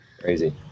Crazy